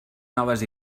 noves